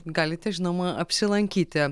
galite žinoma apsilankyti